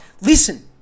Listen